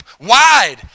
wide